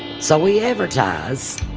so we advertise